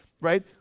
right